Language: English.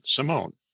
Simone